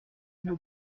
nous